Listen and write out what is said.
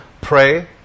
pray